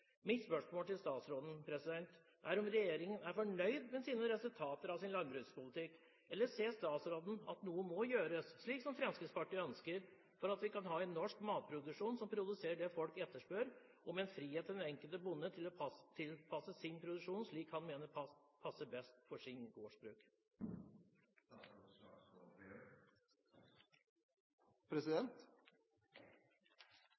Mitt spørsmål til statsråden er om regjeringen er fornøyd med resultatene av sin landbrukspolitikk. Eller ser statsråden at noe må gjøres, slik som Fremskrittspartiet ønsker, for at vi kan ha en norsk matproduksjon som produserer det folk etterspør, og med frihet for den enkelte bonde til å tilpasse sin produksjon slik han mener det passer best for sitt gårdsbruk?